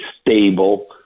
stable